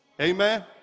Amen